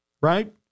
right